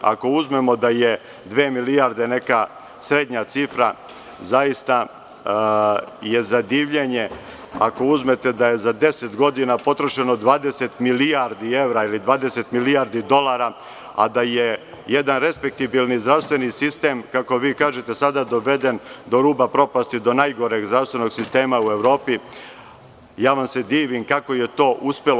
Ako uzmemo da je dve milijarde neka srednja cifra, zaista je za divljenje, ako uzmete da je za deset godina potrošeno 20 milijardi evra ili 20 milijardi dolara, a da je jedan respektibilni zdravstveni sistem, kako vi kažete sada, doveden do ruba propasti, do najgoreg zdravstvenog sistema u Evropi, kako je to uspelo.